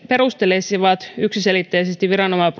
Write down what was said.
perustelisivat yksiselitteisesti